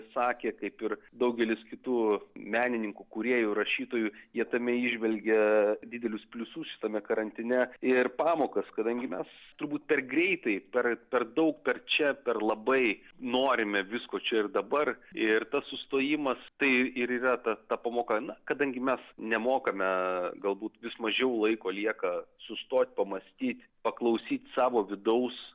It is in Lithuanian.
sakė kaip ir daugelis kitų menininkų kūrėjų rašytojų jie tame įžvelgia didelius pliusus šitame karantine ir pamokas kadangi mes turbūt per greitai per per daug per čia per labai norime visko čia ir dabar ir tas sustojimas tai ir yra ta ta pamoką kadangi mes nemokame galbūt vis mažiau laiko lieka sustot pamąstyt paklausyt savo vidaus